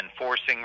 enforcing